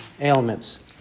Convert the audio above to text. ailments